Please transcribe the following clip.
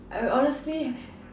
I honestly